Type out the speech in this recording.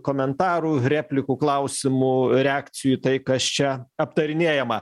komentarų replikų klausimų reakcijų į tai kas čia aptarinėjama